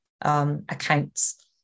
accounts